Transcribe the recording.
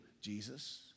Jesus